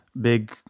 big